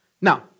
Now